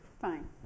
Fine